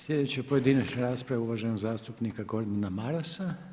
Sljedeća pojedinačna rasprava je uvaženog zastupnika Gordana Marasa.